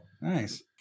Nice